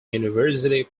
university